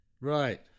right